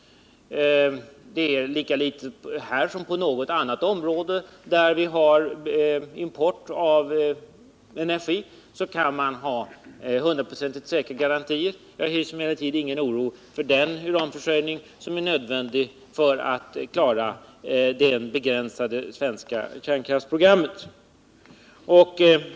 Det är lika litet här som på något annat område där vi har import av energi så att vi har hundraprocentigt säkra garantier. Jag hyser emellertid ingen oro för den uranförsörjning som är nödvändig för att klara det begränsade svenska kärnkraftsprogrammet.